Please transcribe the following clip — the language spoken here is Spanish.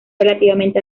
relativamente